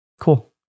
cool